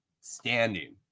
standing